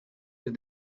that